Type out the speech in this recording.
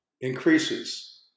increases